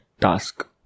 task